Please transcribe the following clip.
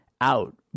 out